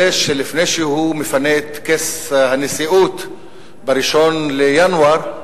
זה שלפני שהוא מפנה את כס הנשיאות ב-1 בינואר,